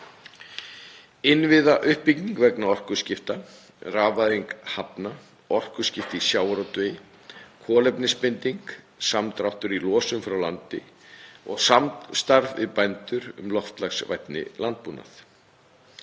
innviðauppbygging vegna orkuskipta, rafvæðing hafna, orkuskipti í sjávarútvegi, kolefnisbinding, samdráttur í losun frá landi og samstarf við bændur um loftslagsvænni landbúnað.